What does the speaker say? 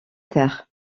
terre